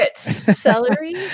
celery